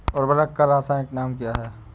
उर्वरक का रासायनिक नाम क्या है?